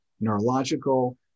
neurological